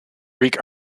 greek